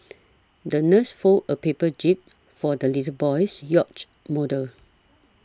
the nurse folded a paper jib for the little boy's yacht model